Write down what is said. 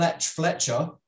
Fletcher